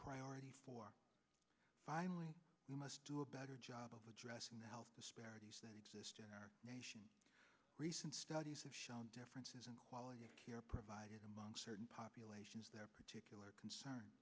priority for finally we must do a better job of addressing the health disparities that exist in our nation recent studies have shown differences in quality of care provided among certain populations there are particular concern